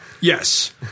Yes